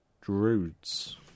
Druids